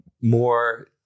more